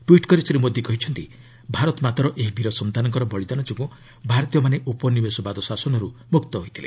tweet କରି ଶ୍ରୀ ମୋଦି କହିଛନ୍ତି ଭାରତମାତାର ଏହି ବୀର ସନ୍ତାନଙ୍କ ବଳିଦାନ ଯୋଗୁଁ ଭାରତୀୟମାନେ ଉପନିବେଶବାଦ ଶାସନରୁ ମୁକ୍ତ ହୋଇଥିଲେ